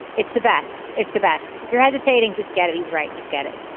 it's the best. it's the best. if you're hesitating just get it he's right just get it